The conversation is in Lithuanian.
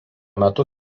metu